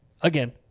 again